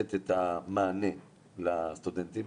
לתת את המענה לסטודנטים.